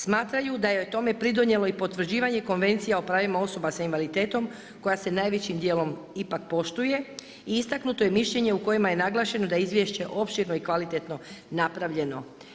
Smatraju da je tome pridonijelo i potvrđivanje Konvencija o pravima osoba sa invaliditetom koja se najvećim dijelom ipak poštuje i istaknuto je mišljenje u kojima je naglašeno da je izvješće opširno i kvalitetno napravljeno.